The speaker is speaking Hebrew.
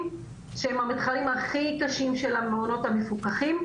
שהם המתחרים הכי קשים של המעונות המפוקחים,